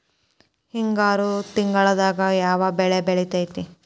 ಹಿಂಗಾರು ತಿಂಗಳದಾಗ ಯಾವ ಬೆಳೆ ಬೆಳಿತಿರಿ?